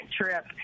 trip